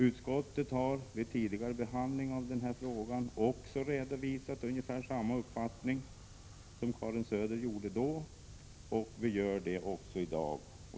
Utskottet har vid tidigare behandling av denna fråga också redovisat ungefär samma uppfattning och gör det också i dag.